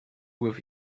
with